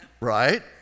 Right